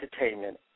entertainment